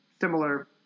similar